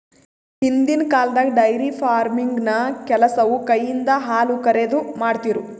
ಹಿಂದಿನ್ ಕಾಲ್ದಾಗ dairy farming ಕೆಲಸವು ಕೈಯಿಂದ ಹಾಲುಕರೆದು, ಮಾಡ್ತಿರು